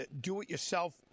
do-it-yourself